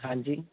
ਹਾਂਜੀ